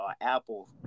Apple